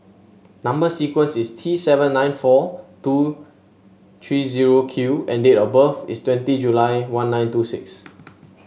number sequence is T seven nine four two three zero Q and date of birth is twenty July one nine two six